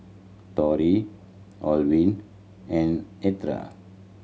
Rroy Orvin and Eartha